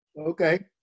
Okay